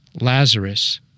Lazarus